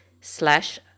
slash